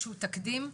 תקדים,